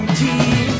tea